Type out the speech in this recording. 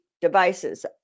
devices